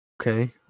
Okay